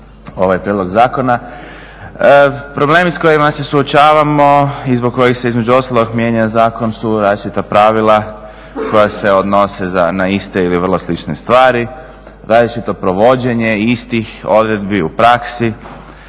ovaj prijedlog zakona. Problemi s kojima se suočavamo i zbog kojih se između ostalog mijenja zakon su različita pravila koja se odnose na iste ili vrlo slične stvari, različito provođenje istih odredbi u praksi,